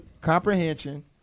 comprehension